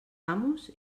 amos